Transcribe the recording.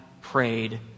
prayed